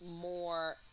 more